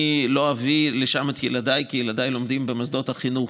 אני לא אביא לשם את ילדיי כי ילדיי לומדים במוסדות החינוך,